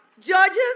judges